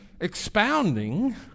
expounding